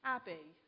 Abby